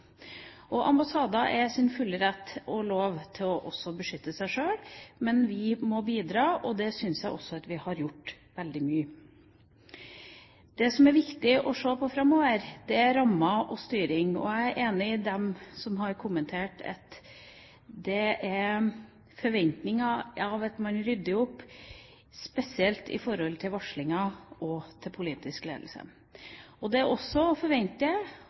Ambassader er i sin fulle rett til, og har lov til, å beskytte seg sjøl. Men vi må bidra, og det syns jeg også at vi har gjort veldig mye. Det som det er viktig å se på framover, er rammer og styring. Jeg er enig med dem som har kommentert at det er forventninger til at man rydder opp, spesielt i forhold til varsling til politisk ledelse. Det er også å forvente